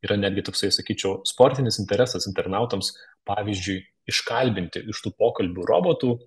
yra netgi toksai sakyčiau sportinis interesas internautams pavyzdžiui iškalbinti iš tų pokalbių robotų